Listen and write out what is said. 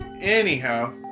anyhow